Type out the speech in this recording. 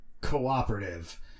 cooperative